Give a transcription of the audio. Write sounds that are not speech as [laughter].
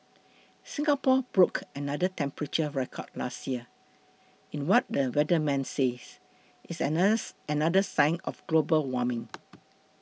Singapore broke another temperature record last year in what the weatherman says is [unintelligible] another sign of global warming